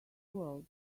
world